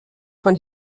von